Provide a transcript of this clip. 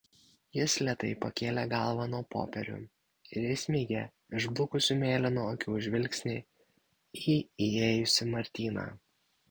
jis lėtai pakėlė galvą nuo popierių ir įsmeigė išblukusių mėlynų akių žvilgsnį į įėjusį martyną